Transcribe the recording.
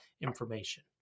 information